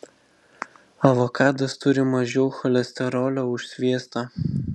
avokadas turi mažiau cholesterolio už sviestą